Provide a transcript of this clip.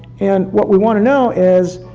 and what we want to know is,